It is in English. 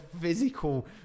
physical